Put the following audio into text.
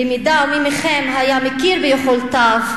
במידה שמי מכם היה מכיר ביכולותיו,